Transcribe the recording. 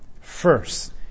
First